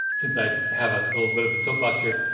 since i have a little bit of a soapbox here.